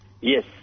Yes